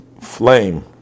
flame